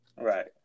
right